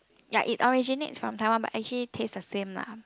ya it originates from Taiwan but actually taste the same lah